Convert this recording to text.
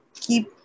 keep